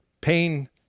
pain